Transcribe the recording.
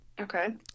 Okay